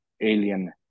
alien